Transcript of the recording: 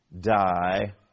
die